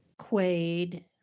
Quaid